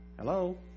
Hello